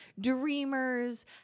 dreamers